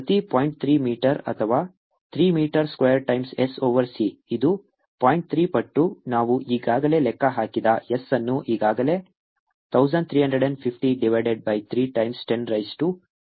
3 metre ಅಥವಾ 3 metre square times S over c ಇದು point 3 ಪಟ್ಟು ನಾವು ಈಗಾಗಲೇ ಲೆಕ್ಕ ಹಾಕಿದ S ಅನ್ನು ಈಗಾಗಲೇ 1350 divided by 3 times 10 raise to 8 ಎಂದು ನೀಡಲಾಗಿದೆ